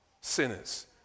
sinners